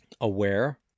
aware